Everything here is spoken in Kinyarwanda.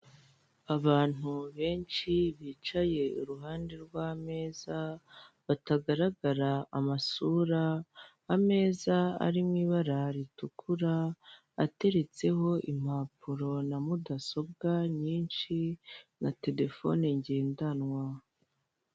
Abantu benshi bicaye iruhande rw' ameza, batagaragara amasura, ameza arimo ibara ritukura, ateretseho impapuro na mudasobwa nyinshi, na terefone ngendanwa.